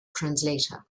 translator